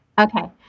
Okay